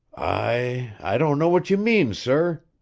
i i don't know what you mean, sir.